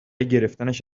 گرفتنش